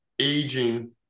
aging